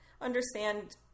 understand